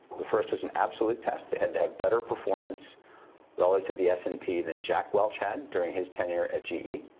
the first was an absolute test. they had to have better performance relative to the s and p than jack welch had during his tenure at ge.